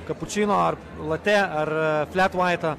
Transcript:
kapučino ar latė ar fletvaitą